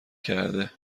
کرده